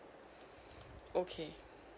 okay